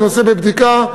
הנושא בבדיקה,